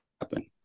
happen